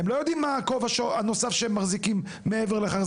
הם לא יודעים מה הכובע הנוסף שהם מחזיקים מעבר לכך.